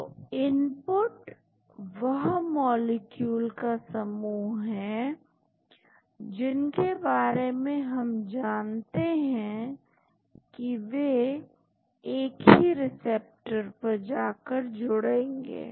तो इनपुट वह मॉलिक्यूल का समूह है जिनके बारे में हम जानते हैं कि वे एक ही रिसेप्टर पर जाकर जुड़ेंगे